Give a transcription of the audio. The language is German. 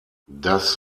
das